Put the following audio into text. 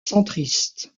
centriste